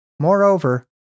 Moreover